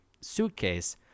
suitcase